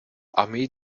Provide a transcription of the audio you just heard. armee